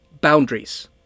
boundaries